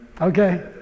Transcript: Okay